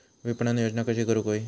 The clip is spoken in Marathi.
विपणन योजना कशी करुक होई?